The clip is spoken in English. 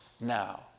now